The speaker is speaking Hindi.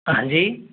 हाँ जी